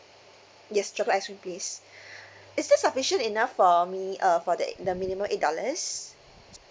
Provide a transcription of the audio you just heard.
yes chocolate ice cream please is this sufficient enough for me uh for the eight the minimum eight dollars